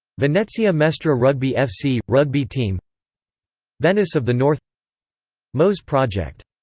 venezia mestre rugby fc rugby team venice of the north mose project